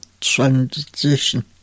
transition